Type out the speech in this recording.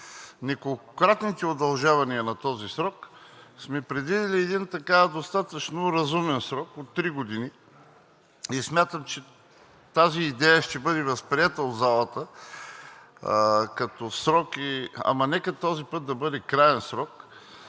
неколкократните удължавания на този срок, сме предвидили един достатъчно разумен срок от три години. Смятам, че тази идея ще бъде възприета от залата, ама нека